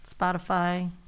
Spotify